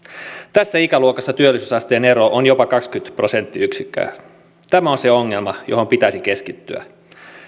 tässä ikäluokassa työllisyysasteen ero on jopa kaksikymmentä prosenttiyksikköä tämä on se ongelma johon pitäisi keskittyä